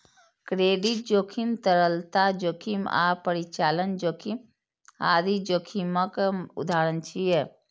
credit जोखिम, तरलता जोखिम आ परिचालन जोखिम आदि जोखिमक उदाहरण छियै